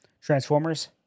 Transformers